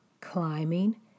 climbing